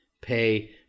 pay